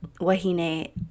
Wahine